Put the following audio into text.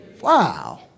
wow